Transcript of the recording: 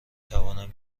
توانم